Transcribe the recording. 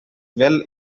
well